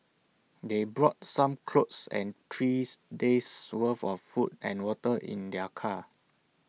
they brought some clothes and threes days worth of food and water in their car